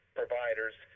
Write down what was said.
providers